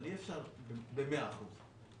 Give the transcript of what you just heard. אבל אי אפשר במאה אחוז.